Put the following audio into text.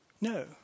no